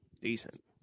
Decent